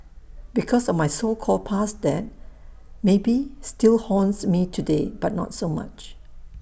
because of my so called past debt maybe still haunts me today but not so much